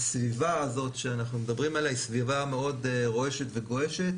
שהסביבה הזאת שאנחנו מדברים עליה היא סביבה מאוד רועשת וגועשת